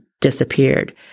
disappeared